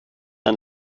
ein